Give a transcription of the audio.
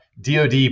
DOD